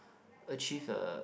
achieve uh